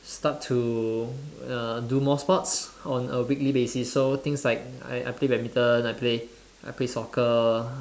start to uh do more sports on a weekly basis so things like I I play badminton I play I play soccer